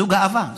זו גאווה.